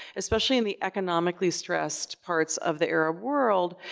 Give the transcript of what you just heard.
especially in the economically-stressed parts of the arab world,